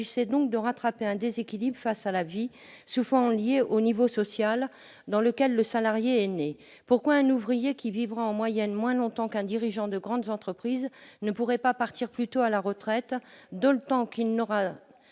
donc de rattraper un déséquilibre face à la vie, souvent lié au milieu social dont est issu le salarié. Pourquoi un ouvrier qui vit en moyenne moins longtemps qu'un dirigeant de grande entreprise ne pourrait-il pas partir plus tôt à la retraite, d'autant qu'il ne